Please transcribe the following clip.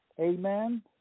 Amen